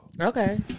Okay